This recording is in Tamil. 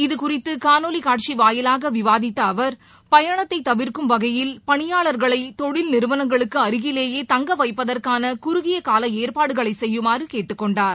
இதுகுறித்துகாணொலிகாட்சிவாயிலாகவிவாதித்தஅவர் பயணத்தைதவிர்க்கும் வகையில் பணியாளர்களைதொழில் நிறவனங்களுக்குஅருகிலேயேதங்கவைப்பதற்கானகுறுகியகாலஏற்பாடுகளைசெய்யுமாறுஅவர் கேட்டுக் கொண்டார்